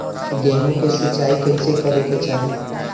गेहूँ के सिंचाई कइसे करे के चाही?